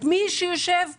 את מי שיושב בתוכה.